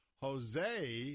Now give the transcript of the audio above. Jose